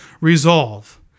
resolve